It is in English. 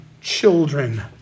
children